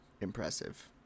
impressive